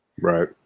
right